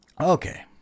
okay